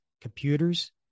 computers